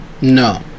No